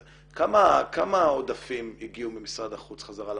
כמה עודפים הגיעו ממשרד החוץ חזרה לאוצר,